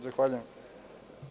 Zahvaljujem.